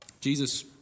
Jesus